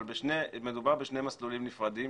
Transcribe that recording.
אבל מדובר בשני מסלולים נפרדים